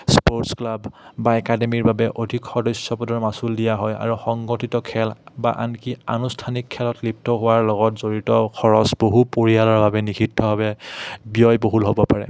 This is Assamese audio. স্পৰ্টছ ক্লাব বা একাডেমীৰ বাবে অধিক সদস্যপদৰ মাচুল দিয়া হয় আৰু সংগঠিত খেল বা আনকি আনুষ্ঠানিক খেলত লিপ্ত হোৱাৰ লগত জড়িত খৰচ বহু পৰিয়ালৰ বাবে নিষিদ্ধভাৱে ব্যয়বহুল হ'ব পাৰে